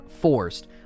forced